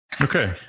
Okay